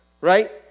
right